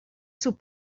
sus